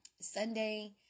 Sunday